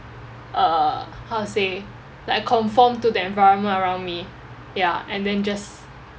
uh how to say like I conform to the environment around me ya and then just